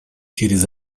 через